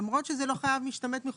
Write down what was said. למרות שזה לא חייב משתמט מחובותיו,